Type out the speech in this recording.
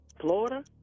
Florida